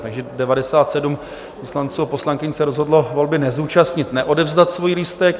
Takže 97 poslanců a poslankyň se rozhodlo volby nezúčastnit, neodevzdat svůj lístek.